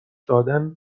دادن